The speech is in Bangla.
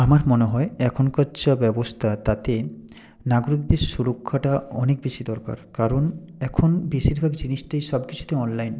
আমার মনে হয় এখনকার যা ব্যবস্থা তাতে নাগরিকদের সুরক্ষাটা অনেক বেশি দরকার কারণ এখন বেশিরভাগ জিনিসটাই সবকিছুতে অনলাইন